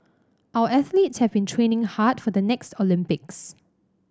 our athletes have been training hard for the next Olympics